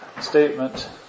statement